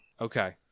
Okay